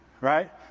Right